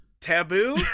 Taboo